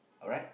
alright